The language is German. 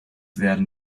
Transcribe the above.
werden